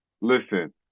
listen